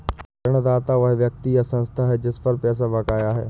ऋणदाता वह व्यक्ति या संस्था है जिस पर पैसा बकाया है